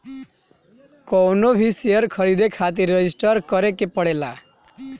कवनो भी शेयर खरीदे खातिर रजिस्टर करे के पड़ेला